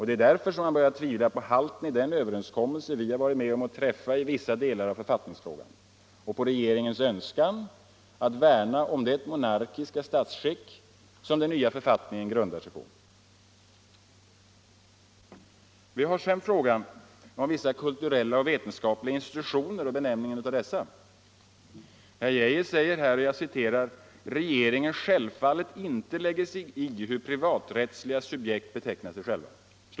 Det är därför man börjar tvivla på halten i den överenskommelse vi varit med om att träffa i vissa delar av författningsfrågan och på regeringens önskan att värna om det monarkiska statsskick som den nya författningen grundar sig på. Vi har sedan frågan om vissa kulturella och vetenskapliga institutioner och benämningen av dessa. Herr Geijer säger att ”regeringen självfallet inte lägger sig i hur privaträttsliga subjekt —-—-—- betecknar sig själva”.